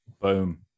boom